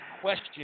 question